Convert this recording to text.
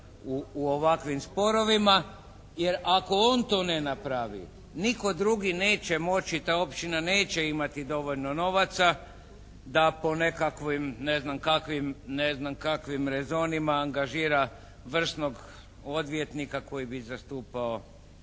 u ovakvim sporovima. Jer ako on to ne napravi nitko drugi neće moći, ta općina imati dovoljno novaca da po nekakvim, ne znam kakvim rezonima angažira vrsnog odvjetnika koji bi zastupao